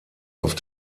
auf